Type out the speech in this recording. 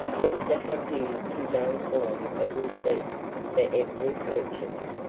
brewster had used his own form of receipt for every purchase.